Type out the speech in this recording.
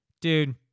dude